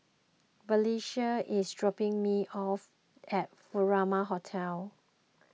Valencia is dropping me off at Furama Hotel